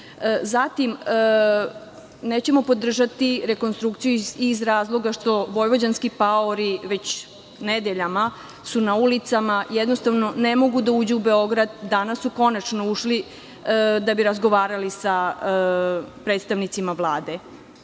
dinar. Zatim, nećemo podržati rekonstrukciju i iz razloga što vojvođanski paori već nedeljama su na ulicama, jednostavno ne mogu da uđu u Beogradu, danas su konačno ušli da bi razgovarali sa predstavnicima